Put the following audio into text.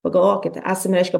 pagalvokit esam reiškia